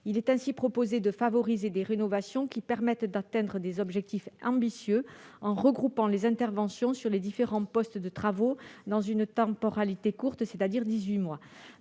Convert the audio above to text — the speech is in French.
Il est ainsi proposé de favoriser des rénovations qui permettent d'atteindre des objectifs ambitieux, en regroupant les interventions sur les différents postes de travaux dans une temporalité courte, c'est-à-dire dix-huit